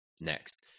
next